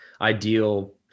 ideal